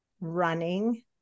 running